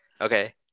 Okay